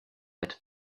être